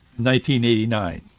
1989